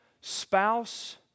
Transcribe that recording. spouse